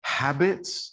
habits